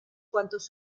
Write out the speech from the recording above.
cuantos